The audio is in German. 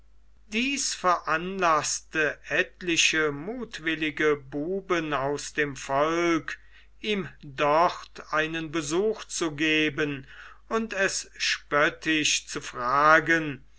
dies veranlaßte etliche muthwillige buben aus dem volke ihm dort einen besuch zu geben und es spöttisch zu fragen